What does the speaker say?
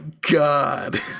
god